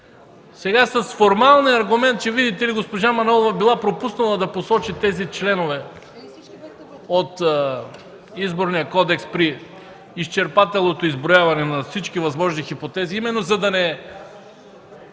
сега с формалния аргумент, че, виждате ли, госпожа Манолова била пропуснала да посочи тези членове от Изборния кодекс при изчерпателното изброяване на всички възможни хипотези, именно за да не